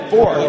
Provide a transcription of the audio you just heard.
Four